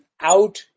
out